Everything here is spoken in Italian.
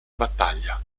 battaglia